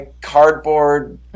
cardboard